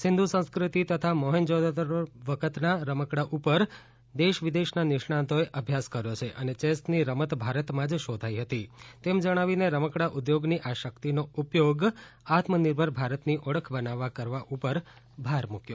સિંધુ સંસ્કૃતિ તથા મોહેજોદારો વખતના રમકડા ઉપર દેશ વિદેશના નિષ્ણાંતોએ અભ્યાસ કર્યો છે અને ચેસની રમત ભારતમાં જ શોધાઇ હતી તેમ જણાવીને રમકડા ઉદ્યોગની આ શકિતનો ઉપયોગ આત્મનિર્ભર ભારતની ઓળખ બનાવવા કરવા ઉપર ભાર મુકયો